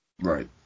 Right